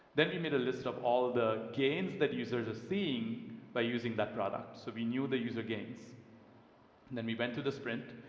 then, we made a list of all of the gains that users are seeing by using that product. so we knew the user gains and then went to the sprint,